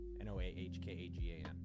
N-O-A-H-K-A-G-A-N